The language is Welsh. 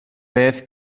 beth